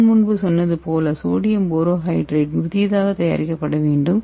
நான் முன்பு சொன்னது போல சோடியம் போரோஹைட்ரைடு புதியதாக தயாரிக்கப்பட வேண்டும்